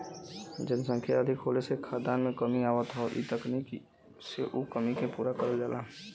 जनसंख्या अधिक होले से खाद्यान में कमी आवत हौ इ तकनीकी से उ कमी के पूरा करल जाला